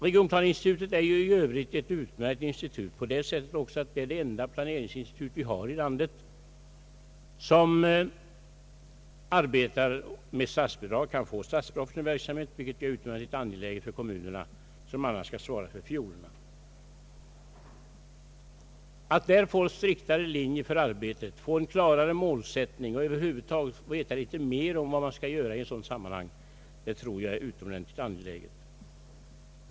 Regionplaneinstitutet är i övrigt ett utmärkt organ genom att det är det enda planeringsinstitut i vårt land som kan få statsbidrag för sin verksamhet, vilket är utomordentligt värdefullt för kommunerna som annars skall stå för fiolerna. Att därvidlag få en striktare linje för arbetet, en klarare målsättning och att över huvud taget få veta något mera om vad som skall göras på detta område är utomordentligt angeläget.